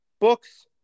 books